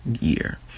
year